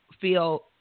feel